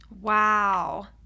Wow